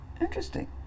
interesting